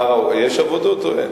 מה ראו, יש עבודות או אין?